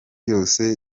yose